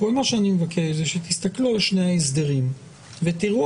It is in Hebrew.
אני מבקש שתסתכלו על שני ההסדרים ותראו